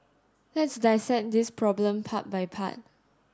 let's dissect this problem part by part